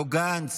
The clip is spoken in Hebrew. לא גנץ,